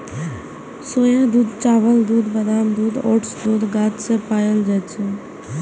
सोया दूध, चावल दूध, बादाम दूध, ओट्स दूध गाछ सं पाओल जाए छै